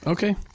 Okay